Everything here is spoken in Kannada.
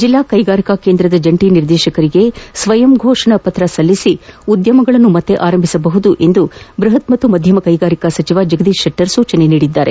ಜಿಲ್ಲಾ ಕೈಗಾರಿಕಾ ಕೇಂದ್ರದ ಜಂಟಿ ನಿರ್ದೇಶಕರಿಗೆ ಸ್ವಯಂ ಫೋಷಣಾ ಪತ್ರ ಸಲ್ಲಿಸಿ ಉದ್ಯಮಗಳನ್ನು ಮತ್ತೆ ಆರಂಭಿಸಬಹುದೆಂದು ಬೃಹತ್ ಮತ್ತು ಮಧ್ಯಮ ಕೈಗಾರಿಕಾ ಸಚಿವ ಜಗದೀಶ್ ಶೆಟ್ವರ್ ಸೂಚಿಸಿದ್ದಾರೆ